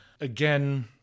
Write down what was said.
Again